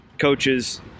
coaches